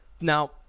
Now